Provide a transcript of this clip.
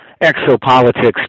exopolitics